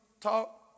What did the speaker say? Talk